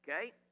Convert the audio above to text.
Okay